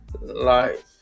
life